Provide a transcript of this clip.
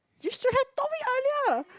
you should have told me earlier